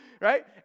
Right